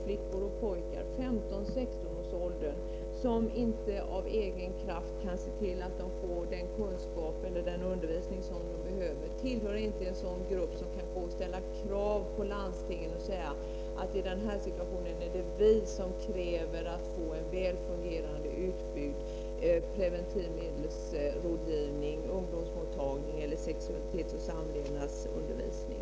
Flickor och pojkar i 15-16-årsåldern kan inte av egen kraft se till att de får den kunskap eller den undervisning som de behöver. De är inte en grupp som kan ställa krav på landstingen att i den här situationen få en väl utbyggd preventivmedelsrådgivning, ungdomsmottagning eller sexoch samlevnadsundervisning.